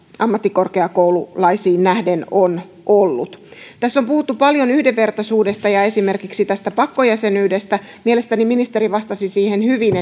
ammattikorkeakoululaisiin nähden on ollut tässä on puhuttu paljon yhdenvertaisuudesta ja esimerkiksi tästä pakkojäsenyydestä mielestäni ministeri vastasi siihen hyvin